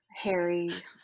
Harry